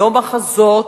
לא מחזות,